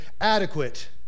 adequate